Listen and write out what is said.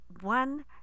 one